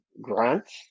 grants